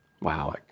Wow